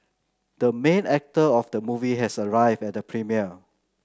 the main actor of the movie has arrived at the premiere